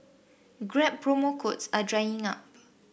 grab promo codes are drying up